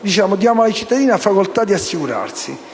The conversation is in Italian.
diamo ai cittadini la facoltà di assicurarsi.